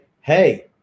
hey